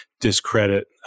discredit